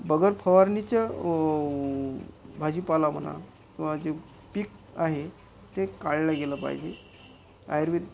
बगैर फवारणीचा भाजीपाला म्हणा किंवा जे पीक आहे ते काढलं गेलं पाहिजे आयुर्वेद